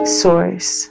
source